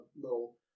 little